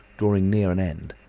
drawing near an end.